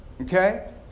Okay